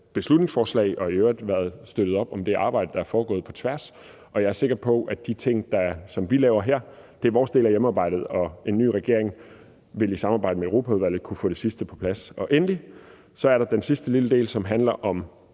beslutningsforslag. Vi har i øvrigt støttet op om det arbejde, der er foregået på tværs, og jeg er sikker på, at med hensyn til de ting, som vi laver her – det er vores del af hjemmearbejdet – vil en ny regering i samarbejde med Europaudvalget kunne få det sidste på plads. Endelig er der den sidste del lille del, som ikke er